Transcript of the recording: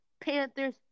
Panthers